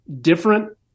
different